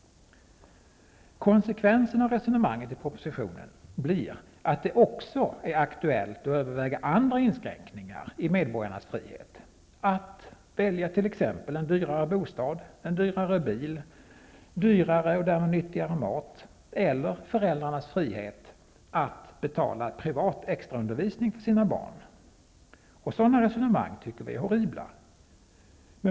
Konsekvensen av resonemanget i propositionen blir att det också är aktuellt att överväga andra inskränkningar i medborgarnas frihet -- när det gäller att välja t.ex. en dyrare bostad, en dyrare bil, dyrare och därmed nyttigare mat eller föräldrarnas frihet att betala privat extraundervisning för sina barn. Sådana resonemang tycker vi är horribla.